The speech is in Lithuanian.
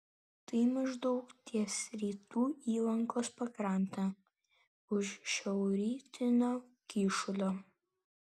tai maždaug ties rytų įlankos pakrante už šiaurrytinio kyšulio